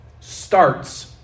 starts